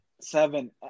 seven